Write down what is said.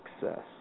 success